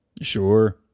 Sure